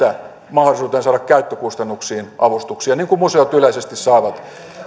mahdollisuuteen saada käyttökustannuksiin avustuksia niin kuin museot yleisesti saavat